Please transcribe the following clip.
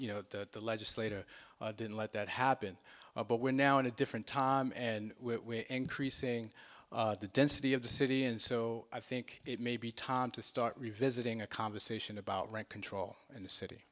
you know the legislator didn't let that happen but we're now in a different time and increasing the density of the city and so i think it may be time to start revisiting a conversation about rent control in the city